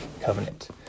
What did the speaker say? covenant